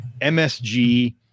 MSG